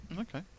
Okay